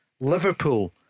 Liverpool